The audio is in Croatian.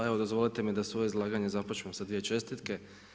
Evo dozvolite mi da svoje izlaganje započnem sa dvije čestitke.